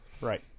Right